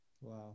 Wow